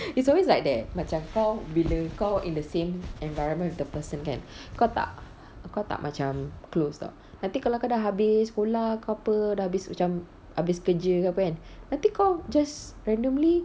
it's always like that macam kau bila kau in the same environment with the person kan kau tak kau tak macam close [tau] nanti kalau kau dah habis sekolah ke apa habis macam habis kerja ke apa kan nanti kau just randomly